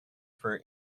for